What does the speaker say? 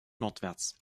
nordwärts